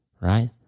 Right